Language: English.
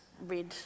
read